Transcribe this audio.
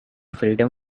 freedom